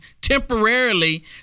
temporarily